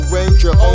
Ranger